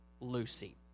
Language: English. Lucy